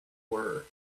were